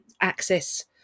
access